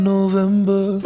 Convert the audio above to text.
November